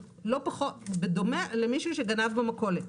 בדומה למישהו שגנב במכולת.